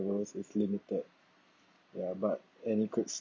levels is limited ya but and it could